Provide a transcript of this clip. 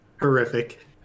Horrific